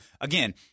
Again